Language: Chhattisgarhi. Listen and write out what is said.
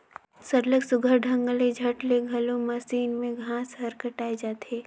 सरलग सुग्घर ढंग ले झट ले घलो मसीन में घांस हर कटाए जाथे